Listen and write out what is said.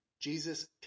Jesus